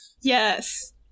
yes